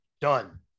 done